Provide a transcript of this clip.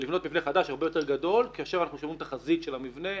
ולבנות מבנה חדש הרבה יותר גדול כאשר אנחנו שומרים את החזית של המבנה